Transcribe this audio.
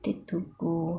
take to go